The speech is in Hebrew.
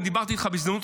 ודיברתי איתך בהזדמנות,